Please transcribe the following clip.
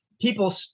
people